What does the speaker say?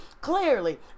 clearly